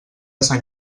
sant